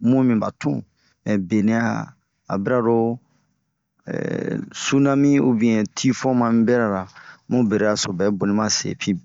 mun minba tun. Benɛ a bira ro ehh sunami ubɛn tifon ra bun bera so bɛ boni base pinp..